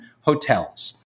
hotels